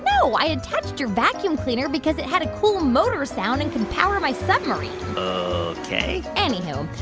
no. i attached your vacuum cleaner because it had a cool motor sound and can power my submarine ok anyhow,